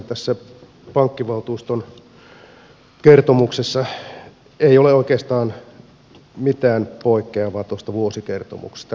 tässä pankkivaltuuston kertomuksessa ei ole oikeastaan mitään poikkeavaa tuosta vuosikertomuksesta lähes kopio